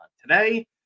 today